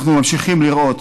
אנחנו ממשיכים לראות,